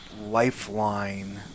lifeline